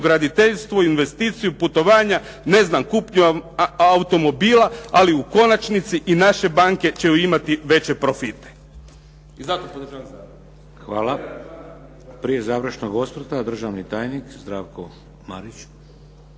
graditeljstvo, investiciju, putovanja, ne znam kupnju automobila, ali u konačnici i naše banke će imati veće profite. **Šeks, Vladimir (HDZ)** Hvala. Prije završnog osvrta, državni tajnik Zdravko Marić.